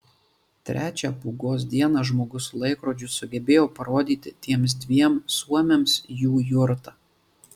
trečią pūgos dieną žmogus su laikrodžiu sugebėjo parodyti tiems dviem suomiams jų jurtą